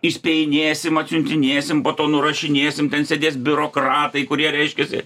įspėjinėsim atsiuntinėsim po to nurašinėsim ten sėdės biurokratai kurie reiškiasi